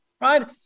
right